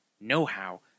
know-how